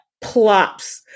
plops